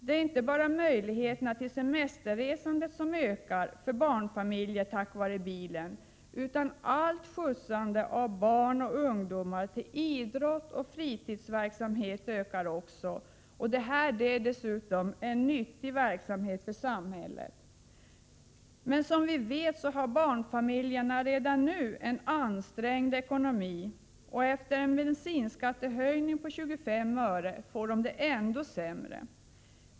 Det är inte bara möjligheterna till semesterresor som ökar för barnfamiljer tack vare bilen, utan också allt skjutsande av barn och ungdomar till fritidsverksamheter ökar. Detta är dessutom en för samhället nyttig verksamhet. Men som bekant har barnfamiljerna redan nu en ansträngd ekonomi, och efter en bensinskattehöjning om 25 öre får de det ännu sämre.